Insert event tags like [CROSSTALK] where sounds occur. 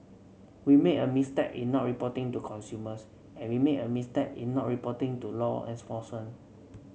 we made a misstep in not reporting to consumers and we made a misstep in not reporting to law [UNINTELLIGIBLE]